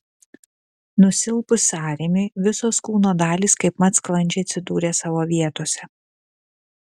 nusilpus sąrėmiui visos kūno dalys kaipmat sklandžiai atsidūrė savo vietose